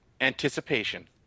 Anticipation